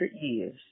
years